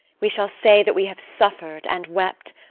we shall say that we have suffered and wept,